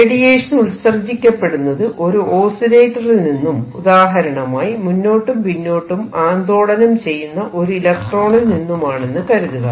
radiation ഉത്സർജിക്കപ്പെടുന്നത് ഒരു ഓസിലേറ്ററിൽ നിന്നും ഉദാഹരണമായി മുന്നോട്ടും പിന്നോട്ടും ആന്ദോളനം ചെയ്യുന്ന ഒരു ഇലക്ട്രോണിൽ നിന്നുമാണെന്ന് കരുതുക